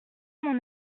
mon